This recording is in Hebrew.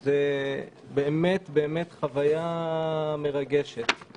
זה יותר מדויק מאיכונים של